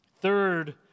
Third